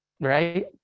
right